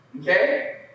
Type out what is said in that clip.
Okay